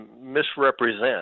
misrepresent